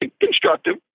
constructive